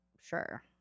Sure